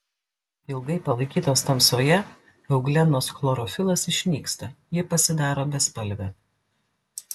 ilgai palaikytos tamsoje euglenos chlorofilas išnyksta ji pasidaro bespalvė